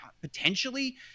potentially